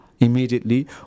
immediately